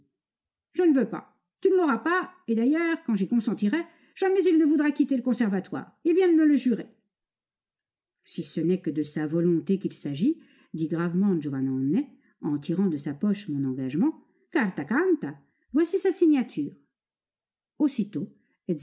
je ne veux pas tu ne l'auras pas et d'ailleurs quand j'y consentirais jamais il ne voudra quitter le conservatoire il vient de me le jurer si ce n'est que de sa volonté qu'il s'agit dit gravement giovannone en tirant de sa poche mon engagement carta canta voici sa signature aussitôt